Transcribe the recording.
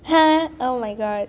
ha oh my god